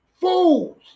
fools